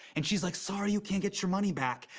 and she's like, sorry you can't get your money back,